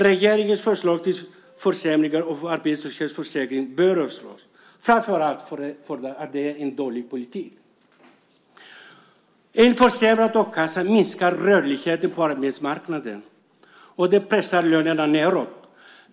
Regeringens förslag till försämringar av arbetslöshetsförsäkringen bör avslås, framför allt därför att det är en dålig politik. En försämrad a-kassa minskar rörligheten på arbetsmarknaden och pressar lönerna nedåt.